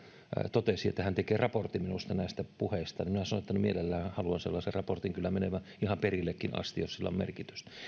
totesi että hän tekee raportin minusta näistä puheista ja minä sanoin että mielellään haluan sellaisen raportin kyllä menevän ihan perille astikin jos sillä on merkitystä